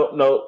no